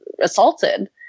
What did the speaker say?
assaulted